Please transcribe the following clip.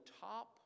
top